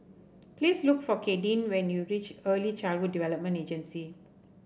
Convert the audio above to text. please look for Kadyn when you reach Early Childhood Development Agency